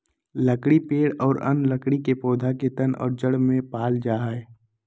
लकड़ी पेड़ और अन्य लकड़ी के पौधा के तन और जड़ में पाल जा हइ